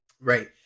Right